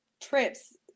trips